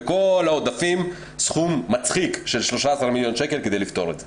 בכל העודפים סכום מצחיק של 13 מיליון שקל כדי לפתור את זה?